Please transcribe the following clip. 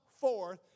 forth